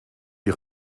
die